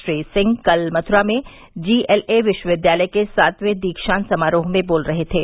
श्री सिंह कल मथ्रा में जीएलए विश्वविद्यालय के सातवें दीक्षांत समारोह में बोल रहे थे